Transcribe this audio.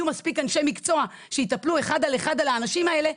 מספיק אנשי מקצוע שיטפלו אחד על אחד באנשים האלה,